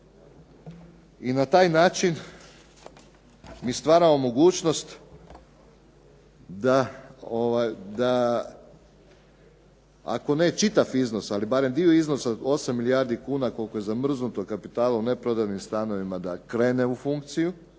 I na taj način mi stvaramo mogućnost da ako ne čitav iznos ali barem dio iznosa 8 milijardi kuna koliko je zamrznuto kapitala u neprodanim stanovima da krene u funkciju,